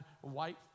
white